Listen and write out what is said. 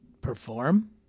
perform